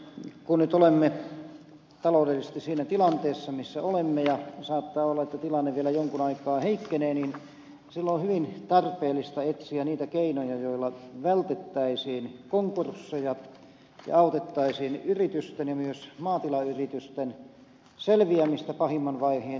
kun nyt olemme taloudellisesti siinä tilanteessa missä olemme ja saattaa olla että tilanne vielä jonkun aikaa heikkenee niin silloin on hyvin tarpeellista etsiä niitä keinoja joilla vältettäisiin konkursseja ja autettaisiin yritysten ja myös maatilayritysten selviämistä pahimman vaiheen ylitse